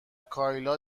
کایلا